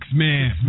man